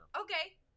Okay